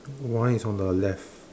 one is on the left